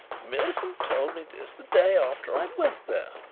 millicent told me this the day after i went there.